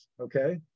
Okay